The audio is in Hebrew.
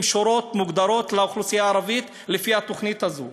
שורות מוגדרות לאוכלוסייה הערבית לפי התוכנית הזו.